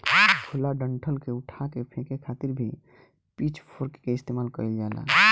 खुला डंठल के उठा के फेके खातिर भी पिच फोर्क के इस्तेमाल कईल जाला